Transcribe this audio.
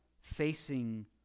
Facing